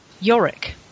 Yorick